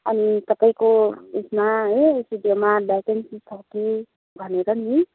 अनि तपाईँको उसमा है स्टुडियोमा भेकेन्सी छ कि भनेर नि